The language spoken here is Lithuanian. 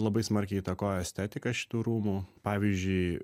labai smarkiai įtakojo estetiką šitų rūmų pavyzdžiui